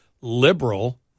liberal